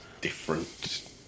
different